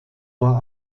war